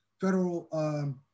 federal